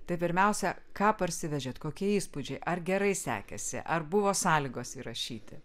tai pirmiausia ką parsivežėt kokie įspūdžiai ar gerai sekėsi ar buvo sąlygos įrašyti